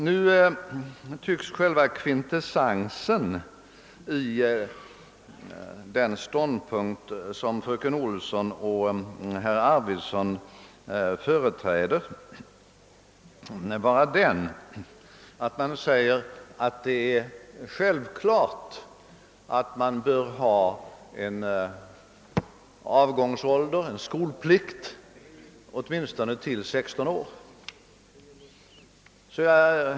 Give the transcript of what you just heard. Nu tycks själva kvintessensen i den ståndpunkt som fröken Olsson och herr Arvidson företräder vara den, att de säger att gränsen för avgångsåldern från skolan bör sättas vid lägst 16 år och att det alltså är självklart att man bör ha en skolplikt åtminstone tills eleverna fyllt 16 år.